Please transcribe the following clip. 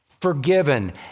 forgiven